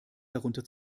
darunter